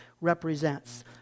represents